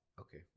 Okay